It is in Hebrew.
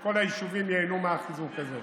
ושכל היישובים ייהנו מהחיזוק הזה.